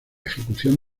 ejecución